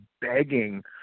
begging